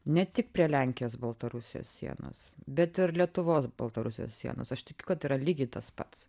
ne tik prie lenkijos baltarusijos sienos bet ir lietuvos baltarusijos sienos aš tikiu kad yra lygiai tas pats